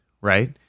right